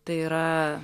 tai yra